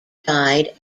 died